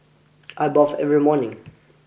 I bath every morning